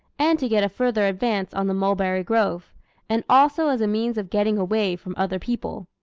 and to get a further advance on the mulberry grove and also as a means of getting away from other people.